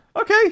okay